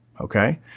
Okay